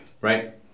right